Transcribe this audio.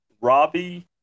Robbie